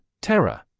terror